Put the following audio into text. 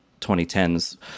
2010s